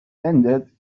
ended